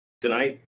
tonight